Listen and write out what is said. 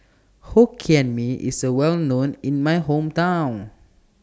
Hokkien Mee IS A Well known in My Hometown